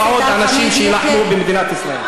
ולהעביר עוד ועוד אנשים שיילחמו במדינת ישראל.